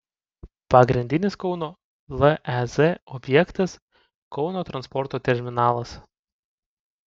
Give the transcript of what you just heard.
pagrindinis kauno lez objektas kauno transporto terminalas